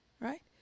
right